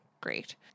great